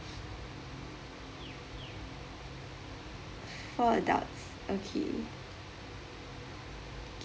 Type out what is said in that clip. four adults okay